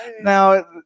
Now